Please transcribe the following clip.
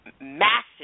massive